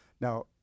Now